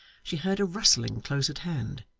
she heard a rustling close at hand,